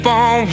on